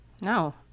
No